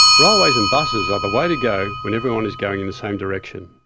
railways and buses are the way to go when everyone is going in the same direction.